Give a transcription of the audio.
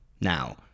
now